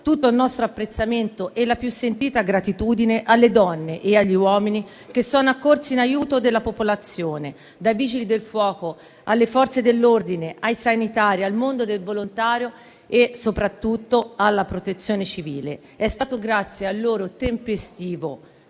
tutto il nostro apprezzamento e la più sentita gratitudine alle donne e agli uomini che sono accorsi in aiuto della popolazione: dai Vigili del fuoco, alle Forze dell'ordine, ai sanitari, al mondo del volontariato e soprattutto alla Protezione civile. È stato grazie al loro tempestivo